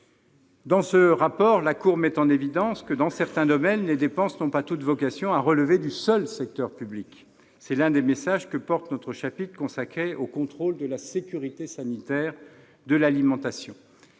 Dans ce rapport, la Cour met aussi en évidence que, dans certains domaines, les dépenses n'ont pas toutes vocation à relever du seul secteur public. C'est l'un des messages que porte notre chapitre consacré au contrôle de la sécurité sanitaire de l'alimentation.